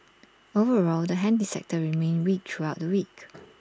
overall the handy sector remained weak throughout the week